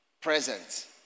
present